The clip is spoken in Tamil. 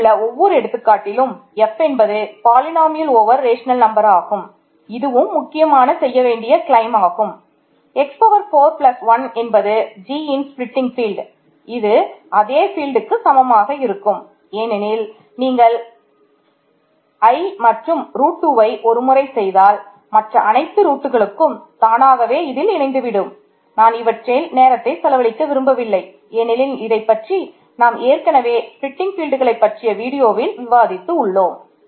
இங்கே உள்ள ஒவ்வொரு எடுத்துக்காட்டிலும் f என்பது பாலினோமியல் விவாதித்து உள்ளோம்